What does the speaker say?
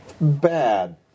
Bad